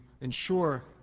ensure